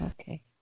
Okay